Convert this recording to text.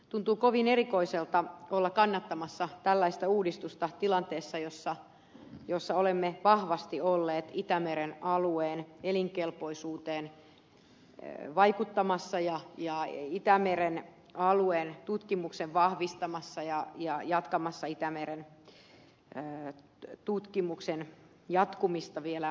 tuntuu kovin erikoiselta olla kannattamassa tällaista uudistusta tilanteessa jossa olemme vahvasti olleet itämeren alueen elinkelpoisuuteen vaikuttamassa ja vahvistamassa itämeren alueen tutkimusta ja jatkamassa sitä vielä hyvänä